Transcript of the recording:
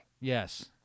Yes